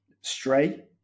Stray